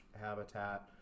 habitat